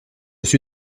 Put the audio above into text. suis